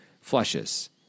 flushes